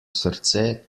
srce